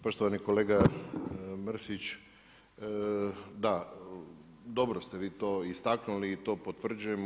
Poštovani kolega Mrsić, da dobro ste vi to istaknuli i to potvrđujem.